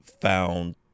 found